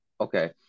okay